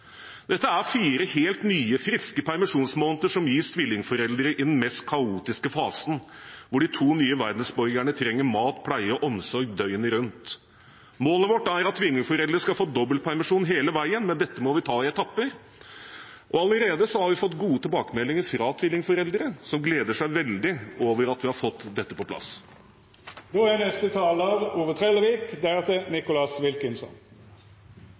Dette er fire helt nye, friske permisjonsmåneder som gis tvillingforeldre i den mest kaotiske fasen, hvor de to nye verdensborgerne trenger mat, pleie og omsorg døgnet rundt. Målet vårt er at tvillingforeldre skal få dobbeltpermisjon hele veien, men dette må vi ta i etapper, og vi har allerede fått gode tilbakemeldinger fra tvillingforeldre som gleder seg veldig over at vi har fått dette på